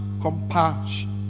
compassion